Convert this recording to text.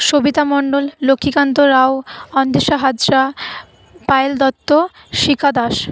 Sabita Mondal Laxmikant Rao Andesha Hazra Payel Dutta Shikha Das